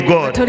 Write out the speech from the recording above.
God